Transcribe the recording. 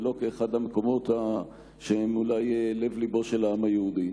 ולא כאחד המקומות שהם אולי לב לבו של העם היהודי.